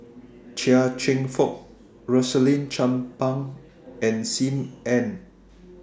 Chia Cheong Fook Rosaline Chan Pang and SIM Ann